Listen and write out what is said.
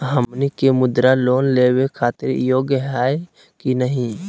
हमनी के मुद्रा लोन लेवे खातीर योग्य हई की नही?